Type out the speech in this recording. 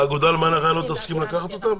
האגודה למען החייל לא תסכים לקחת אותם?